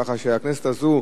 כך שהכנסת הזו,